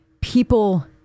people